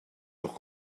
leurs